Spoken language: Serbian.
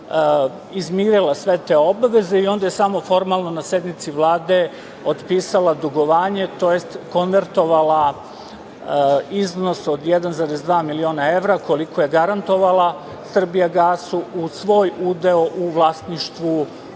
izmirila sve te obaveze i onda je samo formalno na sednici Vlade otpisala dugovanje tj. konvertovala iznos od 1,2 miliona evra koliko je garantovala Srbijagasu u svoj udeo u vlasništvu